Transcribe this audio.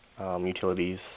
utilities